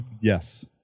yes